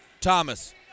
Thomas